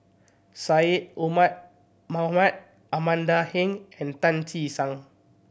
Syed Omar Mohamed Amanda Heng and Tan Che Sang